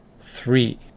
three